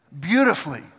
beautifully